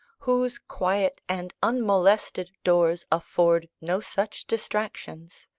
whose quiet and unmolested doors afford no such distractions.